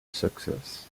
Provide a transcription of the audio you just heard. success